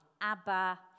Abba